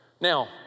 Now